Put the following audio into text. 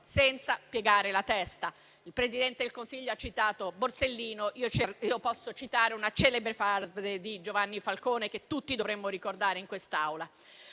senza piegare la testa. Il presidente Meloni ha citato Borsellino. Io posso citare una celebre frase di Giovanni Falcone, che tutti dovremmo ricordare in quest'Aula.